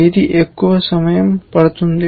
ఏది ఎక్కువ సమయం పడుతుంది